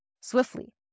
swiftly